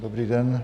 Dobrý den.